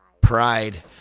pride